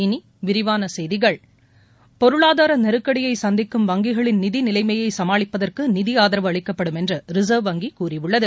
இனி விரிவான செய்திகள் பொருளாதார நெருக்கடியை சந்திக்கும் வங்கிகளின் நிதி நிலைமையை சமாளிப்பதற்கு நிதி ஆதரவு அளிக்கப்படும் என்று ரிசர்வ் வங்கி கூறியுள்ளது